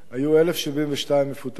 היו 1,072 מפוטרים,